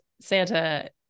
Santa